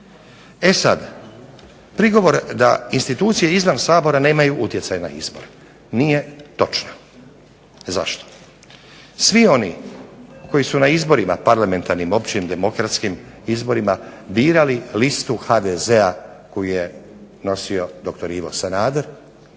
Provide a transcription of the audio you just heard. E sad prigovor da institucije izvan Sabora nemaju utjecaj na izbor, nije točno. Zašto? Svi oni koji su na izborima parlamentarnim, općim, demokratskim izborima birali listu HDZ-a koju je nosio dr. Ivo Sanader,